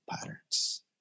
patterns